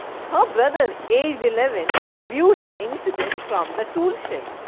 how brother aged eleven viewed the incident from the tool shed.